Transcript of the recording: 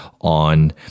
on